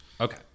Okay